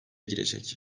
girecek